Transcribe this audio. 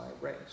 race